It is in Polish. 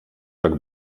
tak